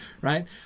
right